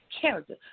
character